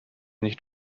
nicht